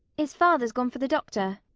his father's gone for the doctor.